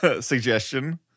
suggestion